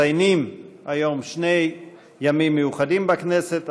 אנחנו מציינים היום שני ימים מיוחדים בכנסת.